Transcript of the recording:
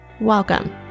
Welcome